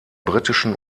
britischen